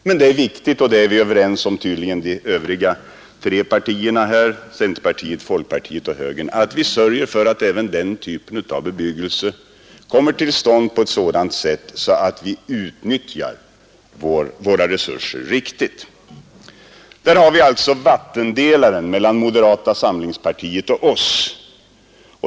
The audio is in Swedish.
Men det är viktigt — och där är vi tydligen överens med de övriga partierna — att vi sörjer för att även denna typ av bebyggelse kommer till stånd på ett sådant sätt att vi utnyttjar våra maktresurser riktigt. Här har vi alltså vattendelaren mellan moderata samlingspartiet och oss.